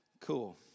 Cool